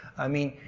i mean,